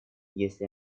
если